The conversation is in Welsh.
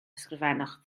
ysgrifennwch